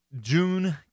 June